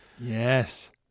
Yes